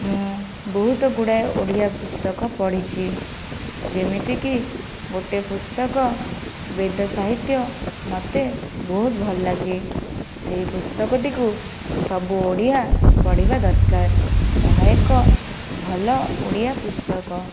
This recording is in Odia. ମୁଁ ବହୁତ ଗୁଡ଼ାଏ ଓଡ଼ିଆ ପୁସ୍ତକ ପଢ଼ିଛି ଯେମିତିକି ଗୋଟିଏ ପୁସ୍ତକ ବେଦ ସାହିତ୍ୟ ମୋତେ ବହୁତ ଭଲ ଲାଗେ ସେହି ପୁସ୍ତକଟିକୁ ସବୁ ଓଡ଼ିଆ ପଢ଼ିବା ଦରକାର ତାହା ଏକ ଭଲ ଓଡ଼ିଆ ପୁସ୍ତକ